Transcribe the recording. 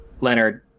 Leonard